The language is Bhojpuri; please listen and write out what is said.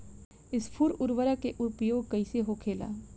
स्फुर उर्वरक के उपयोग कईसे होखेला?